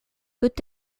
peut